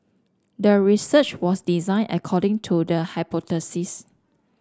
the research was designed according to the hypothesis